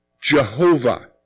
Jehovah